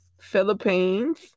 Philippines